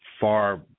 far